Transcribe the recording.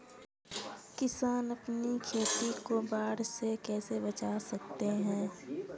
किसान अपनी खेती को बाढ़ से कैसे बचा सकते हैं?